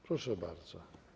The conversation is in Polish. Proszę bardzo.